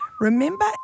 Remember